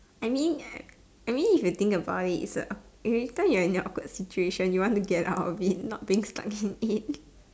I mean as I mean if you think about it it's a awk if later you're in your awkward situation you want to get out of it not being stuck in it